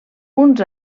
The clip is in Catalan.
uns